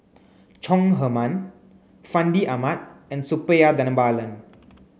Chong Heman Fandi Ahmad and Suppiah Dhanabalan